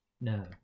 no